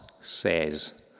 says